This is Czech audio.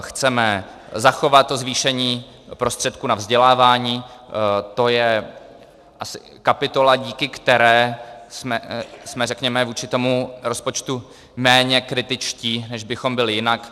Chceme zachovat zvýšení prostředků na vzdělávání, to je kapitola, díky které jsme řekněme vůči tomu rozpočtu méně kritičtí, než bychom byli jinak.